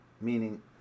meaning